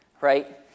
Right